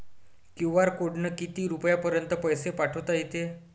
QR कोडनं किती रुपयापर्यंत पैसे पाठोता येते?